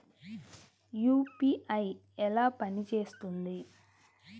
UPI ఎలా పనిచేస్తుంది?